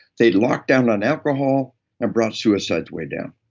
they locked down on alcohol and brought suicides way down.